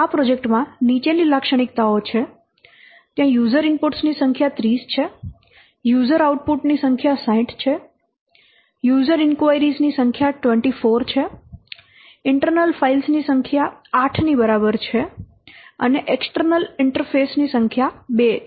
આ પ્રોજેક્ટમાં નીચેની લાક્ષણિકતાઓ છે ત્યાં યુઝર ઇનપુટ્સ ની સંખ્યા 30 છે યુઝર આઉટપુટ ની સંખ્યા 60 છે યુઝર ઇંક્વાઇરીસ ની સંખ્યા 24 છે ઇન્ટરનલ ફાઇલ્સ ની સંખ્યા 8 ની બરાબર છે અને એક્સટરનલ ઇન્ટરફેસ ની સંખ્યા 2 છે